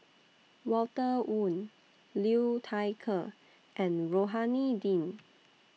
Walter Woon Liu Thai Ker and Rohani Din